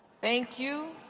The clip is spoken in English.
thank you.